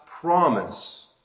promise